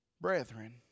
brethren